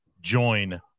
join